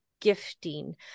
gifting